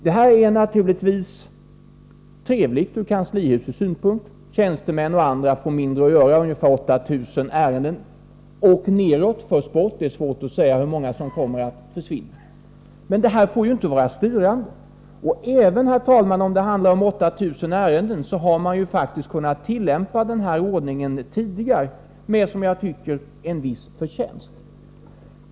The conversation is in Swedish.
Detta är naturligtvis trevligt ur kanslihusets synpunkt. Tjänstemän och andra får mindre att göra. Ungefär 8 000 ärenden förs bort — det är svårt att säga exakt hur många som kommer att försvinna. Men detta får inte vara styrande. Även om det, herr talman, handlar om 8 000 ärenden har man faktiskt kunnat tillämpa denna ordning tidigare med, som jag tycker, en viss förtjänst.